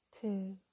two